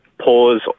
Pause